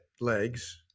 legs